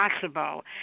possible